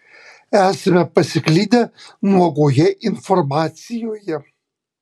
esame pasiklydę nuogoje informacijoje